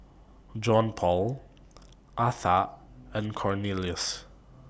Johnpaul Atha and Cornelius